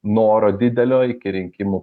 noro didelio iki rinkimų